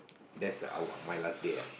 that's our my last day ah